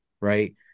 right